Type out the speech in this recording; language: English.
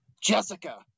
Jessica